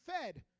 fed